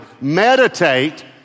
meditate